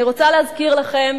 אני רוצה להזכיר לכם